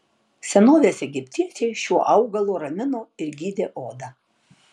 senovės egiptiečiai šiuo augalu ramino ir gydė odą